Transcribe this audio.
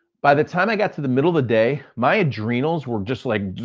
by the time i got to the middle of the day, my adrenals were just like,